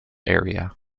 area